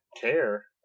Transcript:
care